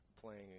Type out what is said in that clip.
playing